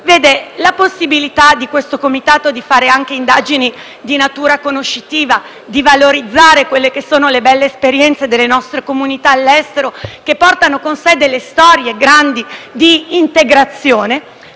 che la possibilità di questo Comitato di fare anche indagini di natura conoscitiva, di valorizzare le belle esperienze delle nostre comunità all'estero che portano con sé delle storie grandi di integrazione,